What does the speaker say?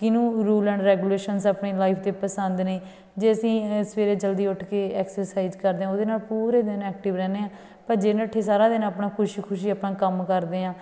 ਕਿਹਨੂੰ rule and regulations ਆਪਣੀ life 'ਤੇ ਪਸੰਦ ਨੇ ਜੇ ਅਸੀਂ ਸਵੇਰੇ ਜਲਦੀ ਉੱਠ ਕੇ ਐਕਸਰਸਾਈਜ ਕਰਦੇ ਹਾਂ ਉਹਦੇ ਨਾਲ ਪੂਰੇ ਦਿਨ ਐਕਟਿਵ ਰਹਿੰਦੇ ਹਾਂ ਭੱਜੇ ਨੱਠੇ ਸਾਰਾ ਦਿਨ ਆਪਣਾ ਖੁਸ਼ੀ ਖੁਸ਼ੀ ਆਪਣਾ ਕੰਮ ਕਰਦੇ ਹਾਂ